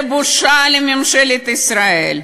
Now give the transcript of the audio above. זה בושה לממשלת ישראל.